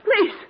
Please